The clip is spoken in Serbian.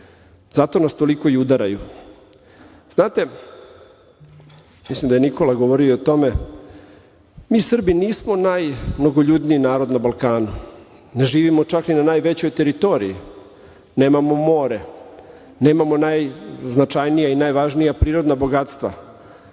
zato nas toliko i udaraju. Znate, mislim da je Nikola govorio o tome, mi Srbi nismo najmnogoljudniji narod na Balkanu, ne živimo čak ni najvećoj teritoriji, nemamo more, nemamo najznačajnije i najvažnija prirodna bogatstva,